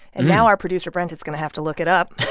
and now our producer brent is going to have to look it up